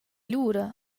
lura